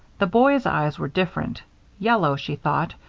the boy's eyes were different yellow, she thought,